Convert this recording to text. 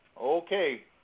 Okay